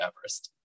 Everest